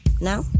Now